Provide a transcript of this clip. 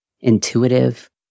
intuitive